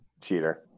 cheater